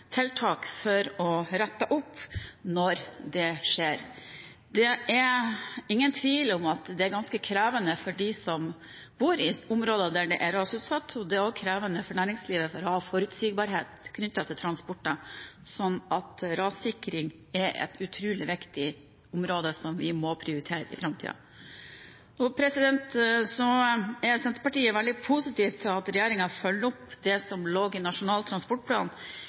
tiltak for å rette opp når det skjer. Det er ingen tvil om at det er ganske krevende for dem som bor i områder der det er rasutsatt. Det er også krevende for næringslivet med tanke på forutsigbarhet når det gjelder transport. Så rassikring er et utrolig viktig område, som vi må prioritere i framtiden. Senterpartiet er veldig positiv til at regjeringen følger opp det som lå i Nasjonal transportplan